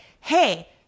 Hey